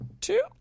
two